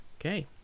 Okay